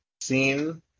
scene